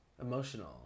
Emotional